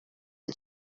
and